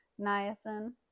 niacin